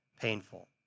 painful